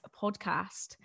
podcast